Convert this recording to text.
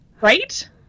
Right